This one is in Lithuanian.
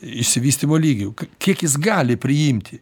išsivystymo lygį kiek jis gali priimti